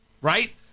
Right